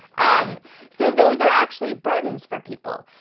um so those are actually burdens for people.